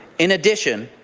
in addition,